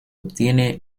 obtiene